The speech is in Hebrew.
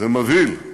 זה מבהיל.